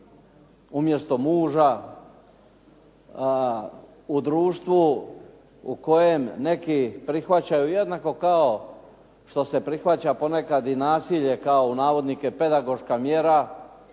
umjesto muža u društvu u kojem neki prihvaćaju jednako kao što se prihvaća ponekad i nasilje kao "pedagoška mjera",